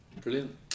Brilliant